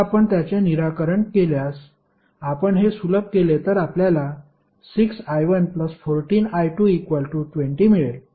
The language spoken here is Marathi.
आता आपण त्याचे निराकरण केल्यास आपण हे सुलभ केले तर आपल्याला 6i114i220 मिळेल